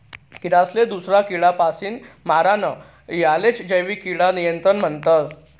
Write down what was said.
किडासले दूसरा किडापासीन मारानं यालेच जैविक किडा नियंत्रण म्हणतस